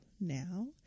now